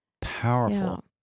Powerful